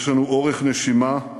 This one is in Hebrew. יש לנו אורך נשימה,